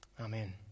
Amen